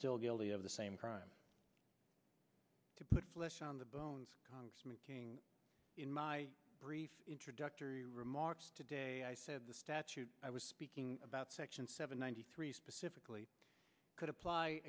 still guilty of the same crime to put flesh on the bones congressman king in my brief introductory remarks today i said the statute i was speaking about section seven ninety three specifically could apply